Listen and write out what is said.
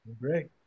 Great